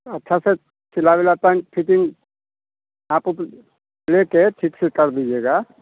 अच्छा से सिला उला पैंट फिटिंग आपक लेके ठीक से कर दीजिएगा